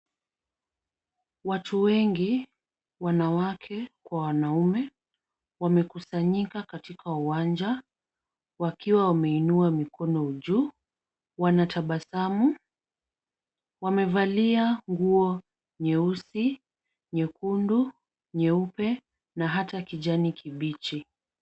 Watu wengi, wanawake kwa wanaume wamekusanyika katika uwanja, wakiwa wameinua mikono juu, wanatabasamu. Wamevalia nguo nyeusi, nyekundu, nyeupe na hata kijani kibichi.